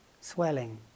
swelling